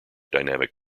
dynamic